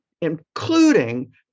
including